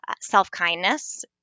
self-kindness